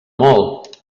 molt